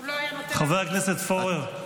חבר הכנסת פורר,